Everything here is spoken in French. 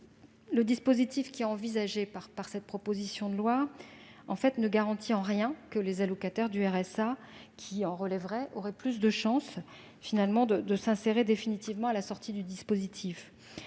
Le dispositif envisagé dans cette proposition de loi ne garantit en rien que les allocataires du RSA qui en relèveraient auraient plus de chances de s'insérer définitivement à la sortie du dispositif.